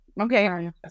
Okay